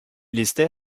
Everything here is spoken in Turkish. liste